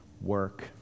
work